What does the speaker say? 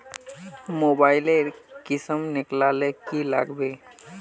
Mobile लेर किसम निकलाले की लागबे?